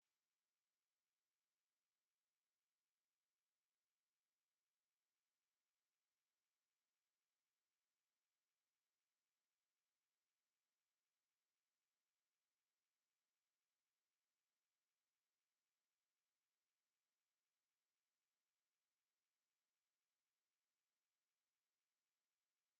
Sauti iko chini haskikii.